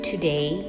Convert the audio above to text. Today